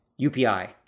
UPI